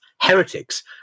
heretics